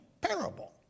parable